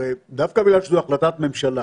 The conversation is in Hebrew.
הרי דווקא בגלל שזו החלטת ממשלה